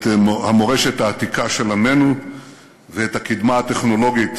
את המורשת העתיקה של עמנו ואת הקדמה הטכנולוגית